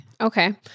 Okay